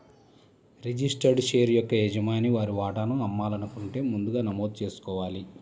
registered share యొక్క యజమాని వారి వాటాను అమ్మాలనుకుంటే ముందుగా నమోదు చేసుకోవాలి